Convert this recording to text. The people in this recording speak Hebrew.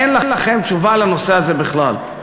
אין לכם תשובה לנושא הזה בכלל.